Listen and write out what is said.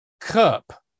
cup